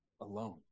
alone